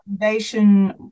foundation